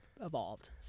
evolved